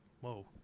whoa